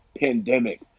pandemics